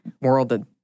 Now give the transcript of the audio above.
world